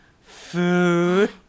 food